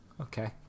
Okay